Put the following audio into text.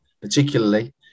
particularly